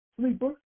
sleeper